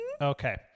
Okay